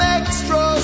extra